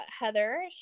Heather